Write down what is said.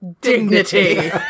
dignity